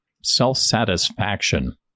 self-satisfaction